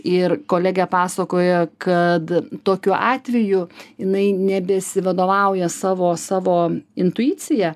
ir kolegė pasakojo kad tokiu atveju jinai nebesivadovauja savo savo intuicija